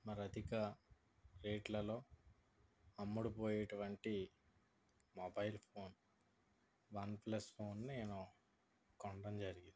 మరి అధిక రేట్లలో అమ్ముడు పోయే అటువంటి మొబైల్ ఫోన్ వన్ప్లస్ ఫోన్ని నేను కొనడం జరిగింది